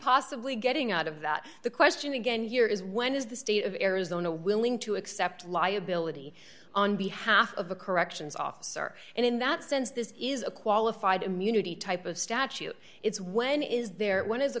possibly getting out of that the question again here is when is the state of arizona willing to accept liability on behalf of the corrections officer and in that sense this is a qualified immunity type of statute it's when is there